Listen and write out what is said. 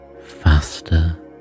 faster